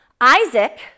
Isaac